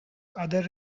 other